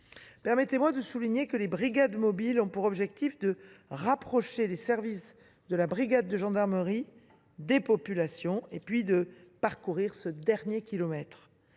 Permettez moi de souligner que les brigades mobiles ont pour objectif de rapprocher les services de la brigade de gendarmerie des populations et de parcourir le dernier kilomètre.